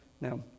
now